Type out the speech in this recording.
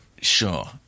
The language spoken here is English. Sure